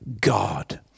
God